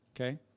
okay